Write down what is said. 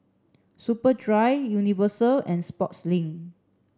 Superdry Universal and Sportslink